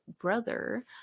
brother